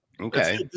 Okay